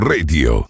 Radio